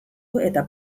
eta